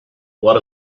what